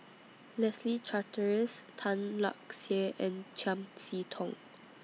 Leslie Charteris Tan Lark Sye and Chiam See Tong